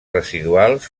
residuals